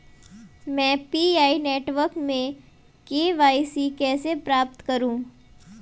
मैं PI network में KYC कैसे प्राप्त करूँ?